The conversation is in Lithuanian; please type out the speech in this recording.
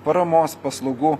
paramos paslaugų